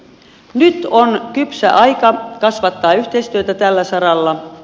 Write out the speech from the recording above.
nyt on kypsä aika kasvattaa yhteistyötä tällä saralla